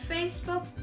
Facebook